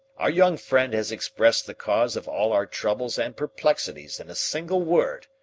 our young friend has expressed the cause of all our troubles and perplexities in a single word,